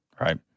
right